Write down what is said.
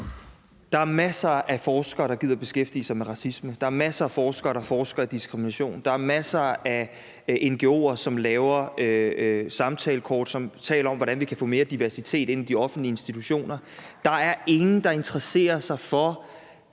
Der er masser af forskere, der gider at beskæftige sig med racisme. Der er masser af forskere, der forsker i diskrimination. Der er masser af ngo'er, som laver samtalekort, og som taler om, hvordan vi kan få mere diversitet ind i de offentlige institutioner. Der er ingen, der interesserer sig for